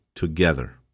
Together